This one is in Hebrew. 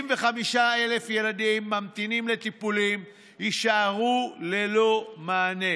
35,000 ילדים שממתינים לטיפולים יישארו ללא מענה,